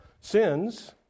sins